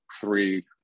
three